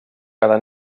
cada